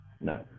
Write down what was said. No